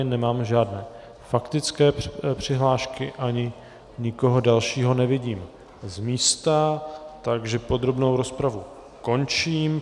Nemáme žádné faktické přihlášky ani nikoho dalšího nevidím z místa, takže podrobnou rozpravu končím.